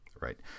right